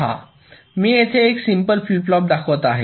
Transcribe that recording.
पहा मी येथे एक सिम्पल फ्लिप फ्लॉप दाखवत आहे